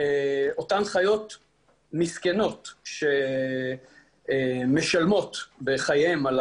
אותן חיות מסכנות שמשלמות בחייהן על